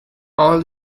all